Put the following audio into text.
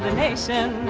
nation,